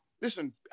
listen